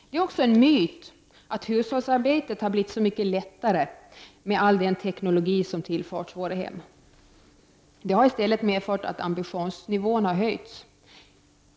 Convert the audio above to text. Det är en myt att hushållsarbetet har blivit så mycket lättare med all den teknik som tillförts våra hem. Det har i stället medfört att ambitionsnivån har höjts.